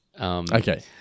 Okay